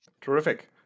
Terrific